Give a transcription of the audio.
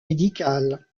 médicales